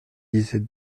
disait